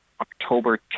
October